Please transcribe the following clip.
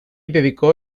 dedicó